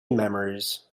memories